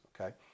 okay